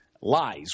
lies